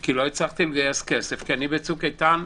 - כי לא הצלחתי לגייס כסף כי אני בצוק איתן,